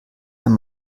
ein